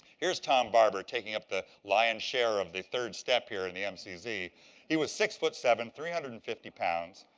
here's tom barbour taking up the lion's share of the third step here in the um mcz. he was six seven, three hundred and fifty pounds.